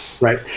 Right